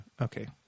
okay